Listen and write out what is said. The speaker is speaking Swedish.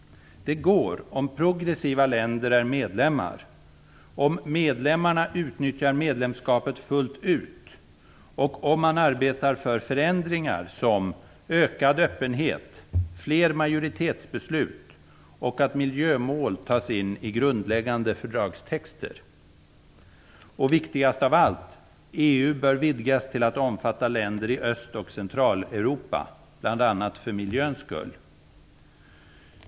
Det går om progressiva länder är medlemmar, om medlemmarna utnyttjar medlemskapet fullt ut och om man arbetar för förändringar som ökad öppenhet, fler majoritetsbeslut och att miljömål tas in i grundläggande fördragstexter. Viktigast av allt är att EU bör vidgas till att omfatta länder i Öst och Centraleuropa, bl.a. för miljöns skull.